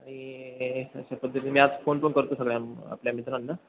आणि मी आज फोन पण करतो सगळ्या आपल्या मित्रांना